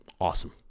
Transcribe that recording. awesome